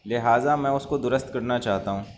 لہٰذا میں اس کو درست کرنا چاہتا ہوں